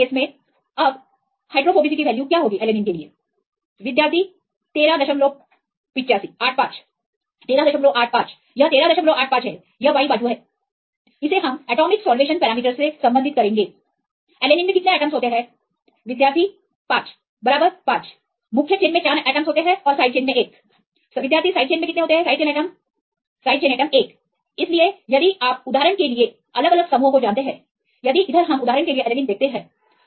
आप इन hydrophobicity value का उपयोग कर सकते हैं एलेनिन के लिए वैल्यू क्या है विद्यार्थी 1385 1385 यह 1385 यह बाई बाजू है इसे हम एटॉमिक सॉल्वेशन पैरामीटर से संबंधित करेंगे एलेनिन में कितने एटमस है बराबर55 एटमस बराबर 4 मुख्य चेन एटमस11 विद्यार्थी साइड साइड चेन एटम इसलिए यदि आप उदाहरण के लिए अलग अलग समूहों को जानते हैं यदि आप इस Alanine को सही Alanine देखते हैं